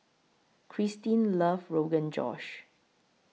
Krystin loves Rogan Josh